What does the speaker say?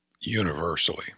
universally